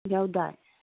ꯌꯥꯎꯗꯥꯏ